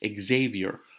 Xavier